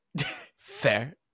Fair